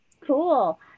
Cool